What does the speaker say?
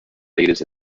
leaders